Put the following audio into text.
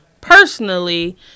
personally